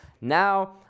now